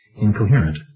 incoherent